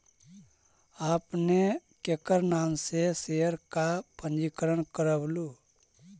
आपने केकर नाम से शेयर का पंजीकरण करवलू